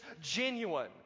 genuine